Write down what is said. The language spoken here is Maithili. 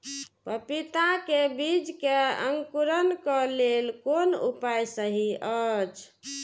पपीता के बीज के अंकुरन क लेल कोन उपाय सहि अछि?